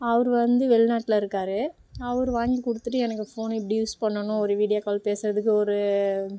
அவர் வந்து வெளிநாட்டில் இருக்கார் அவர் வாங்கிக் கொடுத்துட்டு எனக்கு ஃபோன் இப்படி யூஸ் பண்ணணும் ஒரு வீடியோ கால் பேசுகிறதுக்கு ஒரு